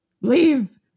Leave